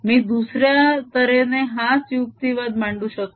मी दुसऱ्या तऱ्हेने हाच युक्तिवाद मांडू शकतो